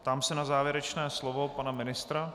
Ptám se na závěrečné slovo pana ministra.